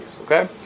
okay